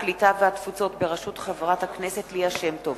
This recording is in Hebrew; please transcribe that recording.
הקליטה והתפוצות בראשות חברת הכנסת ליה שמטוב.